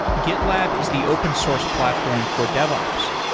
gitlab is the open source platform for dev ops,